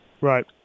Right